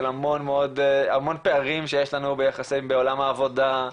המון פערים שיש לנו ביחסים בעולם העבודה,